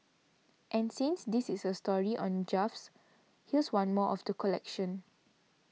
and since this is a story on gaffes here's one more of the collection